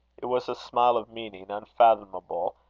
it was a smile of meaning unfathomable,